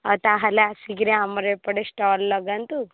ଆଉ ତା'ହେଲେ ଆସିକରି ଆମର ଏପଟେ ଷ୍ଟଲ୍ ଲଗାନ୍ତୁ